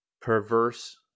Perverse